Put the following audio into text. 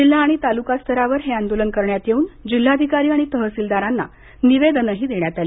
जिल्हा आणि तालुका स्तरावर हे आंदोलन करण्यात येऊन जिल्हाधिकारी आणि तहसीलदार यांना निवेदनही देण्यात आलं